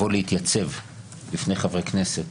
להתייצב בפני חברי כנסת